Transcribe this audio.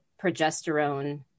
progesterone